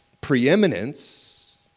preeminence